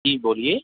جی بولیے